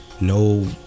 No